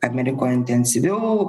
amerikoj intensyviau